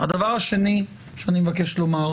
הדבר השני שאני מבקש לומר.